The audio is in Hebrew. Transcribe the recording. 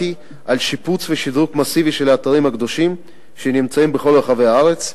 על שיפוץ ושדרוג מסיבי של האתרים הקדושים שנמצאים בכל רחבי הארץ,